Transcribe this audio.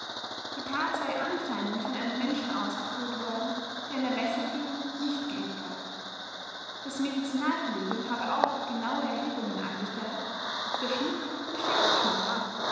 die tat sei anscheinend von einem menschen ausgeführt worden der in der messerführung nicht geübt war das medizinalkollegium habe auch genaue erhebungen angestellt ob der schnitt ein schächtschnitt war